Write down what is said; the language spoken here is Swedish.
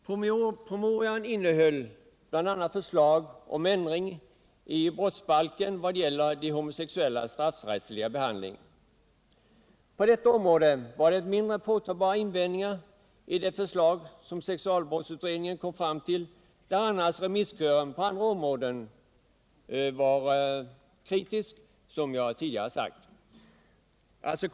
Promemorian innehöll bl.a. förslag om ändring i brottsbalken vad gäller de homosexuellas straffrättsliga behandling. På detta område var det mindre påtagbara invändningar i det förslag som sexualbrottsutredningen kom fram till, där annars remisskören på andra områden, som jag nämnt, var kritisk.